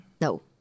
No